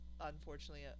unfortunately